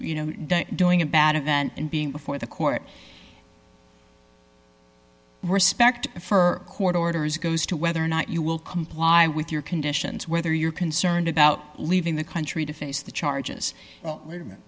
you know doing a bad event and being before the court respect a fur court orders goes to whether or not you will comply with your conditions whether you're concerned about leaving the country to face the charges